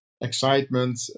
excitement